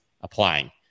applying